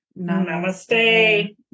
Namaste